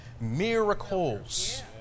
miracles